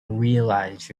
realize